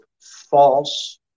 false